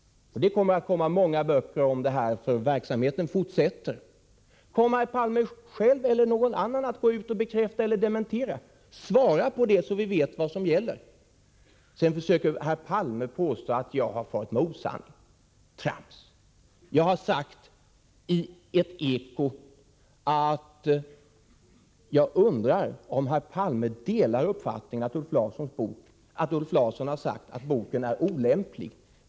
Och det kommer att skrivas många böcker om det här, för verksamheten fortsätter. Kommer då herr Palme själv eller någon annan att gå ut och bekräfta eller dementera? Svara, herr Palme, så att vi vet vad som gäller. Sedan försöker herr Palme påstå att jag har farit med osanning. Trams! Jag har sagt i ett Eko-inslag att jag undrar om herr Palme delar uppfattningen att Ulf Larsson har sagt att boken är olämplig.